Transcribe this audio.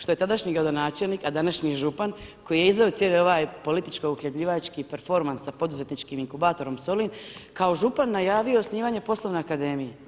Što je tadašnji gradonačelnik, a današnji župan koji je izveo cijeli ovaj političko uhljebljivački performans sa poduzetničkim inkubatorom Solin, kao župan najavio osnivanje poslovne akademije.